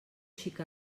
xic